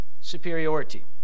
superiority